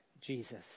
Jesus